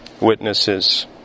witnesses